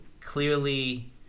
clearly